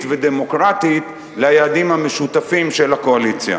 ודמוקרטית ליעדים המשותפים של הקואליציה.